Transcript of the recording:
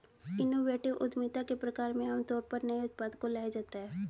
innovative उद्यमिता के प्रकार में आमतौर पर नए उत्पाद को लाया जाता है